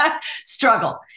struggle